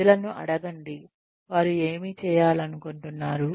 ప్రజలను అడగండి వారు ఏమి చేయాలనుకుంటున్నారు